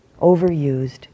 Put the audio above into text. overused